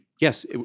yes